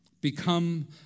become